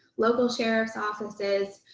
local sheriff's offices,